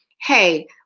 hey